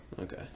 okay